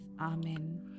Amen